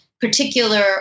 particular